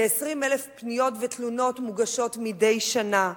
כ-20,000 פניות ותלונות מוגשות מדי שנה,